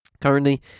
Currently